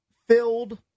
Filled